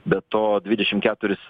be to dvidešim keturis